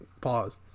pause